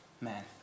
Man